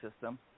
system